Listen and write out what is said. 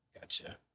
Gotcha